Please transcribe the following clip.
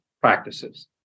practices